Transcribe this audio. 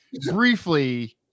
briefly